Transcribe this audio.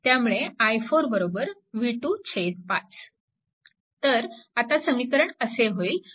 त्यामुळे i4 v25 तर आता समीकरण असे होईल